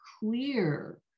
clear